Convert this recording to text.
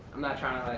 i'm not trying to